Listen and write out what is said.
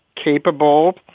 capable,